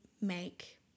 make –